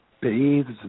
bathes